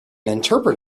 interpret